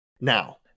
Now